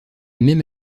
même